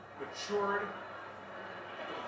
matured